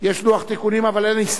יש הסתייגויות דיבור אולי.